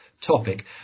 topic